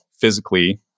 physically